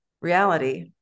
reality